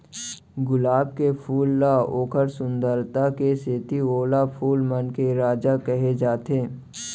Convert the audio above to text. गुलाब के फूल ल ओकर सुंदरई के सेती ओला फूल मन के राजा कहे जाथे